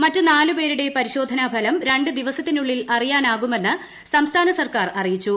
മറ്റു നാലു പേരുടെ പരിശോധനാഫലം രണ്ടു ദിവസത്തിനുളളിൽ അറിയാനാകുമെന്ന് സംസ്ഥാന സർക്കാർ അറിയിച്ചു